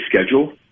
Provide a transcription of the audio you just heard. schedule